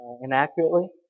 inaccurately